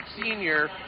senior